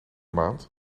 maand